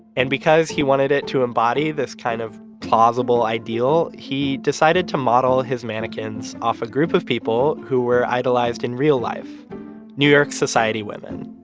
and because he wanted it to embody this kind of plausible ideal, he decided to model his mannequins off a group of people who were idolized in real life new york society women,